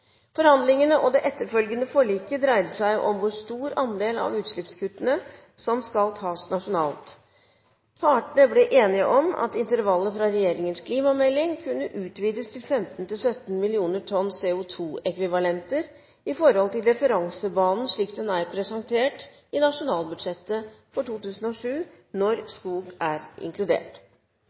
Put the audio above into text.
Forhandlingene her på Stortinget og det etterfølgende forliket dreide seg om hvor stor andel av utslippskuttene som skal tas nasjonalt. Partene ble enige om at intervallet fra klimameldingen kunne utvides til 15–17 mill. tonn CO2-ekvivalenter i forhold til referansebanen når skog er inkludert.